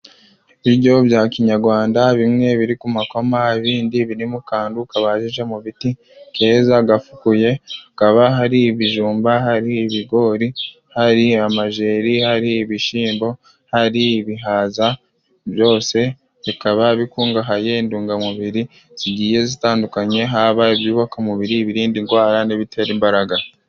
Ibiryo bya kinyarwanda bimwe biri ku makoma, ibindi biri mu kantu kabajije mu biti keza gafukuye. Hakaba hari ibijumba, hari ibigori, hari amajeri, hari ibishimbo, hari ibihaza. Byose bikaba bikungahaye indungamubiri zigiye zitandukanye, haba ibyubaka umubiri, ibirinda ingwara n'ibitera imbaraga.